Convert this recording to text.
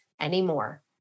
anymore